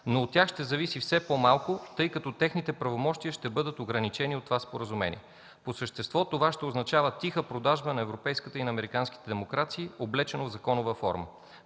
но от тях ще зависи все по-малко, тъй като техните правомощия ще бъдат ограничени от това споразумение. По същество това ще означава тиха продажба на европейската и на американската демокрации облечено в законова форма.